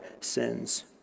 sins